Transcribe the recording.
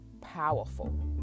powerful